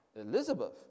Elizabeth